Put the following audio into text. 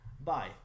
Bye